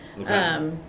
Okay